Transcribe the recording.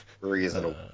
Reasonable